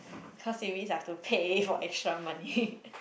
cause it means I have to pay for extra money